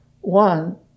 One